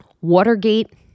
Watergate